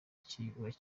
kibuga